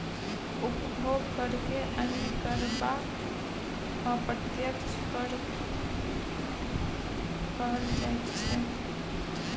उपभोग करकेँ अन्य कर वा अप्रत्यक्ष कर कहल जाइत छै